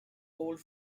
old